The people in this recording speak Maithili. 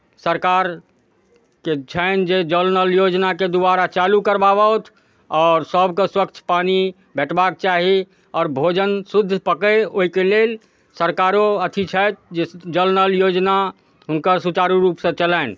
सरकारके छनि जे जल नल योजनाके दुआरा चालू करबावथु आओर सभके स्वच्छ पानि भेटबाक चाही आओर भोजन शुद्ध पकय ओहिके लेल सरकारो अथि छथि जे जल नल योजना हुनकर सुचारू रूपसँ चलनि